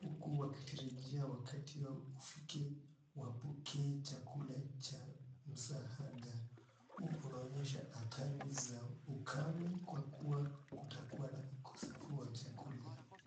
huku wakitajarajia wakati wao ufike wapokee chakulavcha msaada. Huu unaonyesha athari za ukame Kwa kuwa kutakua na ukosefu wa chakula.